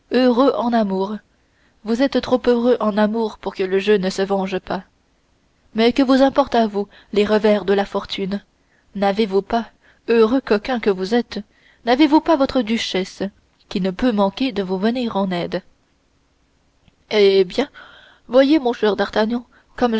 heureux en amour vous êtes trop heureux en amour pour que le jeu ne se venge pas mais que vous importent à vous les revers de la fortune n'avez-vous pas heureux coquin que vous êtes n'avez-vous pas votre duchesse qui ne peut manquer de vous venir en aide eh bien voyez mon cher d'artagnan